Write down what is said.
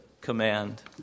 command